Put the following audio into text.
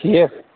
ٹھیٖک